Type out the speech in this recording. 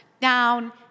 down